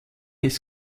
ist